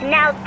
Now